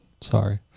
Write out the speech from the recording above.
sorry